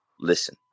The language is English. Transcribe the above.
Listen